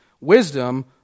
wisdom